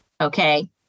okay